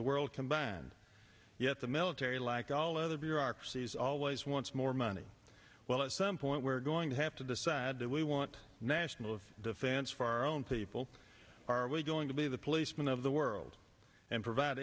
the world combined and yet the military like all other bureaucracies always wants more money well at some point we're going to have to decide do we want national defense for our own people are we going to be the policemen of the world and provide